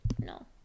No